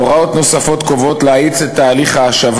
הוראות נוספות קובעות להאיץ את תהליך ההשבה